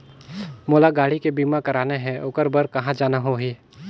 मोला गाड़ी के बीमा कराना हे ओकर बार कहा जाना होही?